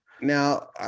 Now